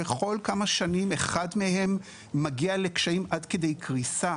וכל כמה שנים אחד מהם מגיע לקשיים עד כדי קריסה?